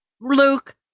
Luke